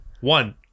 One